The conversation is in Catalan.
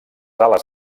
ales